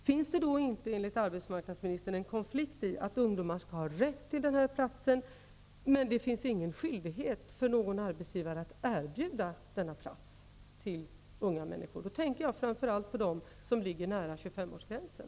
Menar arbetsmarknadsministern då att det inte ligger en konflikt i att ungdomar skall ha rätt till dessa platser, men att det inte skall vara en skyldighet för någon arbetsgivare att erbjuda dessa platser för unga människor? Jag tänker framför allt på dem som ligger nära 25-årsgränsen.